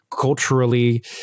culturally